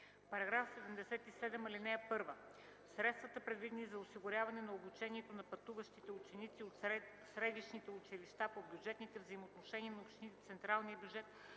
§ 77: „§ 77. (1) Средствата, предвидени за осигуряване на обучението на пътуващите ученици от средищни училища по бюджетните взаимоотношения на общините с централния бюджет